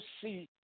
see